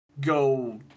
go